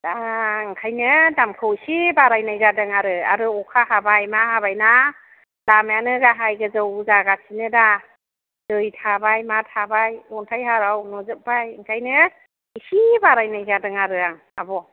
दा ओंखायनो दामखौ एसे बारायनाय जादों आरो आरो अखा हाबाय मा हाबायना लामायानो गाहाय गोजौ जागासिनो दा दै थाबाय मा थाबाय अन्थाइ हाराव नुजोबबाय ओंखायनो एसे बारायनाय जादों आरो आं आब'